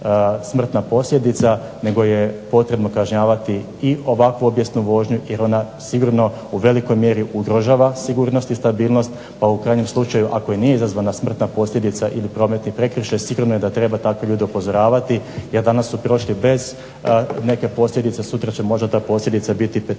smrtna posljedica nego je potrebno kažnjavati i ovakvu obijesnu vožnju jer ona sigurno u velikoj mjeri ugrožava sigurnost i stabilnost. Pa u krajnjem slučaju ako i nije izazvana smrtna posljedica ili prometni prekršaj sigurno je da treba takve ljude upozoravati jer danas su prošli bez neke posljedice sutra će možda ta posljedica biti peterostruko